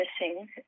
missing